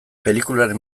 pelikularen